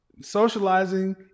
socializing